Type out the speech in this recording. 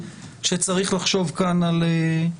שצריך לחשוב כאן על פתרונות יצירתיים.